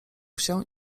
się